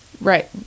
Right